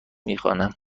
میخوانم